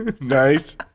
Nice